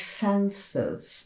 senses